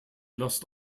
last